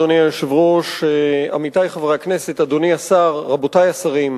אדוני היושב-ראש, עמיתי חברי הכנסת, רבותי השרים,